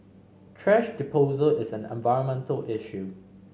thrash disposal is an environmental issue